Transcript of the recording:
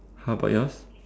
how about yours